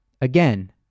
Again